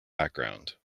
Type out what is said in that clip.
background